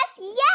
yes